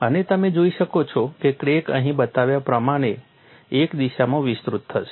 અને તમે જોઈ શકો છો કે ક્રેક અહીં બતાવ્યા પ્રમાણે એક દિશામાં વિસ્તૃત થશે